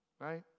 right